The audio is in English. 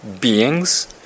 beings